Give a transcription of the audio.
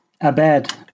Abed